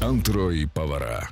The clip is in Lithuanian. antroji pavara